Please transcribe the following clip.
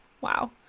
Wow